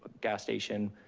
gas station,